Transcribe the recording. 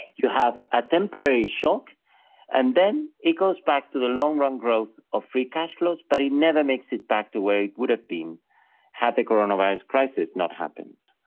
you have a temporary shock and then it goes back to the long-run growth of free cash flows but it never makes it back to where it would have been had the corona virus crisis not happened.